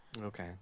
Okay